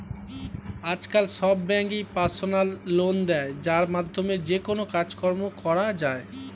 আজকাল সব ব্যাঙ্কই পার্সোনাল লোন দেয় যার মাধ্যমে যেকোনো কাজকর্ম করা যায়